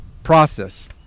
process